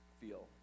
feel